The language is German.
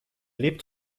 lebt